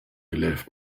left